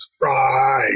Right